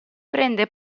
prende